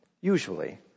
usually